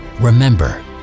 Remember